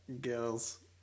girls